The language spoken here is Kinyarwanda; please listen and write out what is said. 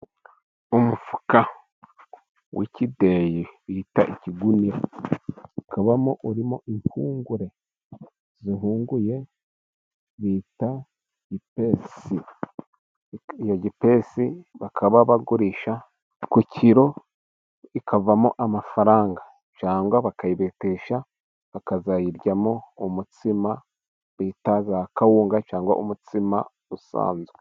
Umufuka w'ikideyi bita ikigunira ,ukaba urimo impungure zihunguye bita gipesi, iyo gipesi bakaba bagurisha ku kiro ikavamo amafaranga ,cyangwa bakayibetesha bakazayiryamo umutsima bita za kawunga, cyangwa umutsima usanzwe.